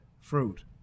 fruit